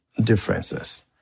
differences